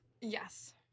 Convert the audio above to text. yes